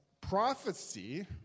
prophecy